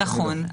נכון.